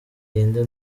ngende